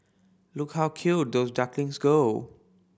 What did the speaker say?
look how cute those ducklings go